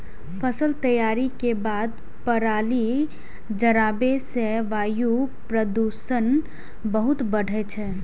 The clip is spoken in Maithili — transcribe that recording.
फसल तैयारी के बाद पराली जराबै सं वायु प्रदूषण बहुत बढ़ै छै